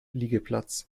liegeplatz